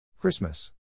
Christmas